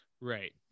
right